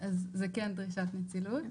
זה כן דרישת נצילות.